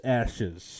ashes